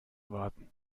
warten